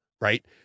right